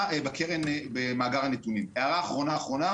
והערה אחרונה-אחרונה